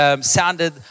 sounded